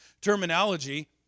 terminology